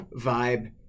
vibe